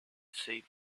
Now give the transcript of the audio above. said